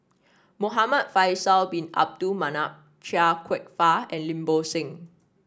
Muhamad Faisal Bin Abdul Manap Chia Kwek Fah and Lim Bo Seng